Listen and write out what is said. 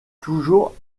toujours